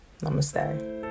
Namaste